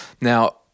Now